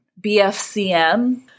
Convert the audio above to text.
BFCM